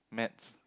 Maths